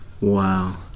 Wow